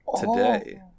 Today